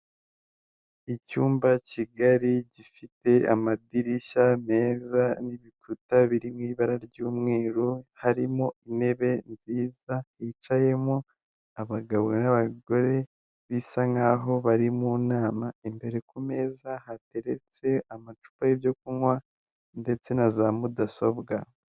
Icyumba kigari gifite amadirishya meza n'ibikuta biri mu ibara ry'umweru, harimo intebe nziza hicayemo abagabo n'abagore bisa nk'aho bari mu nama, imbere ku meza hateretse amacupa y'ibyo kunywa ndetse na za mudasobwa.